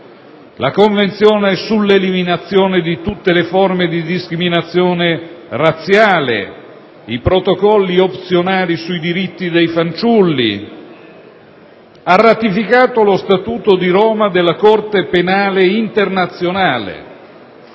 la Convenzione sull'eliminazione di tutte le forme di discriminazione razziale, i Protocolli opzionali sui diritti dei fanciulli. L'Afghanistan ha anche ratificato lo Statuto di Roma della Corte penale internazionale